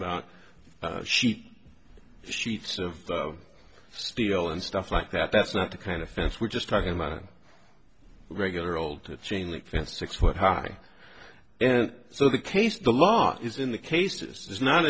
about sheet sheets of steel and stuff like that that's not the kind of fence we're just talking about a regular old chain link fence six foot high and so the case the law is in the case this is not